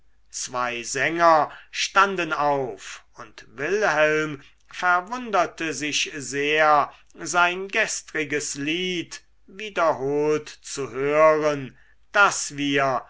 zwei sänger standen auf und wilhelm verwunderte sich sehr sein gestriges lied wiederholt zu hören das wir